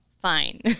fine